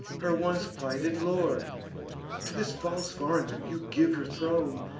her once plighted lord to this false foreigner you give your throne,